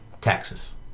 Taxes